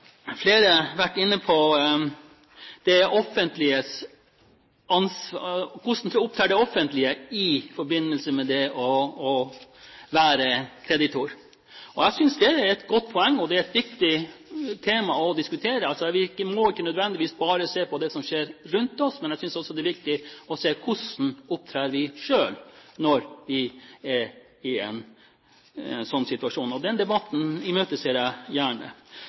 flere vært inne på hvordan det offentlige opptrer i forbindelse med det å være kreditor. Jeg synes det er et godt poeng og det er et viktig tema å diskutere. Vi må ikke nødvendigvis bare se på det som skjer rundt oss, men jeg synes også det er viktig å se på hvordan vi selv opptrer når vi er i en slik situasjon. Den debatten imøteser jeg gjerne.